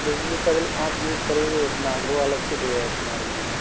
बिजली का बिल आप युज करोगे उतना वो अलग से दिया है तुम्हारे लिए